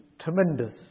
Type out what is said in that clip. tremendous